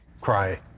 cry